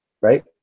right